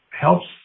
helps